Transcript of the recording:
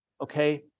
Okay